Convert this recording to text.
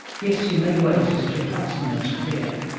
yes, in many ways, as geoff hudson makes clear.